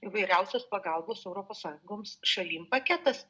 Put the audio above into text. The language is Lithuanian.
įvairiausios pagalbos europos sąjungos šalim paketas